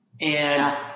and-